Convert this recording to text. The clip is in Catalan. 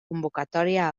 convocatòria